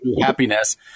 Happiness